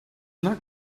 not